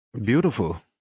Beautiful